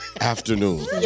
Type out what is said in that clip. afternoon